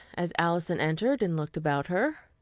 as alison entered and looked about her.